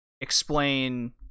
explain